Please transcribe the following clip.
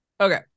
Okay